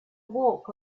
walk